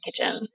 kitchen